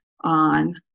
on